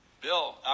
Bill